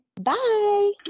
bye